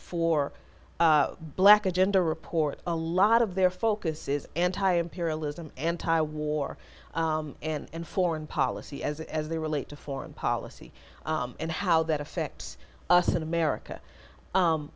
for black agenda report a lot of their focus is anti imperialism anti war and foreign policy as as they relate to foreign policy and how that affects us in america